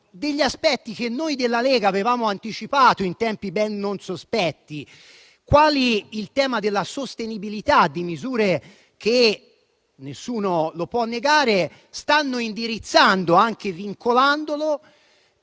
aspetti che noi della Lega avevamo anticipato in tempi non sospetti. Penso al tema della sostenibilità di misure che - nessuno lo può negare - stanno indirizzando, anche vincolandolo,